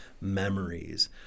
memories